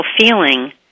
feeling